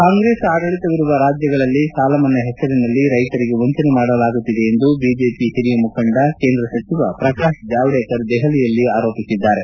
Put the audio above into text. ಕಾಂಗ್ರೆಸ್ ಆಡಳಿತವಿರುವ ರಾಜ್ಯಗಳಲ್ಲಿ ಸಾಲಮನ್ನಾ ಹೆಸರಿನಲ್ಲಿ ರೈತರಿಗೆ ವಂಚನೆ ಮಾಡುತ್ತಿದ್ದಾರೆಂದು ಬಿಜೆಪಿ ಹಿರಿಯ ಮುಖಂಡ ಕೇಂದ್ರ ಸಚಿವ ಪ್ರಕಾಶ್ ಜವಾಡೇಕರ್ ದೆಹಲಿಯಲ್ಲಿ ಹೇಳಿದ್ದಾರೆ